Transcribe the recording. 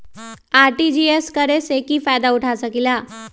RTGS करे से की फायदा उठा सकीला?